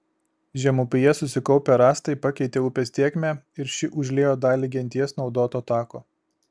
žemupyje susikaupę rąstai pakeitė upės tėkmę ir ši užliejo dalį genties naudoto tako